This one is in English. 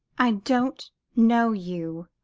i don't know you.